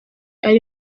ari